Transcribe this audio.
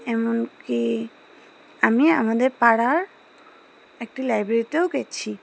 এমনকি আমি আমাদের পাড়ার একটি লাইব্রেরিতেও গেছি